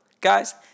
Guys